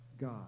God